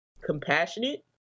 Compassionate